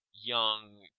young